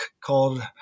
called